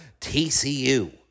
TCU